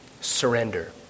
surrender